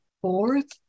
fourth